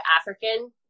African